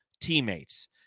teammates